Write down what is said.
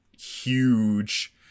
huge